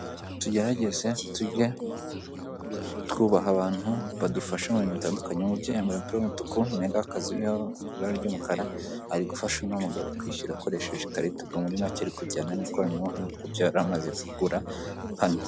Tugerageze tujye twubaha abantu badufasha mu bintu bitandukanye. Umubyeyi yambaye umupira w'umutuku, umwenda w'akazi uriho ibara ry'umukara, ari gufasha umugabo kwishyura akoresheje ikarita. Ubwo muri make ari kujyana n'ikoranabuhanga ku byo yari amaze kugura hano.